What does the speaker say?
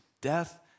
death